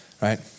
Right